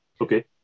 okay